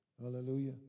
Hallelujah